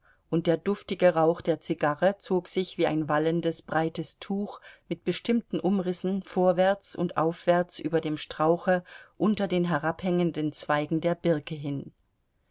und der duftige rauch der zigarre zog sich wie ein wallendes breites tuch mit bestimmten umrissen vorwärts und aufwärts über dem strauche unter den herabhängenden zweigen der birke hin